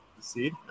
See